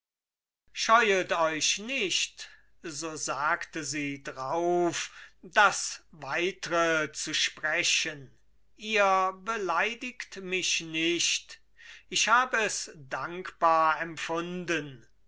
scheuet euch nicht so sagte sie drauf das weitre zu sprechen ihr beleidigt mich nicht ich hab es dankbar empfunden